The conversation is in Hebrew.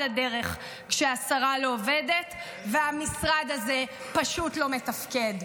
הדרך כשהשרה לא עובדת והמשרד הזה פשוט לא מתפקד.